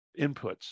inputs